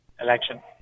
Election